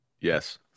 Yes